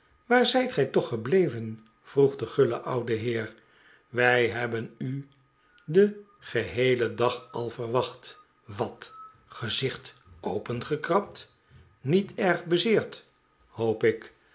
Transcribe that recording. waar zijt gij toch gebleven vroeg de guile oude heer wij hebben u den geheelen dag al verwacht wat gezicht opengekrabd niet erg bezeerd hoop ik